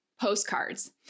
postcards